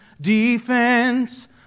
defense